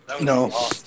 No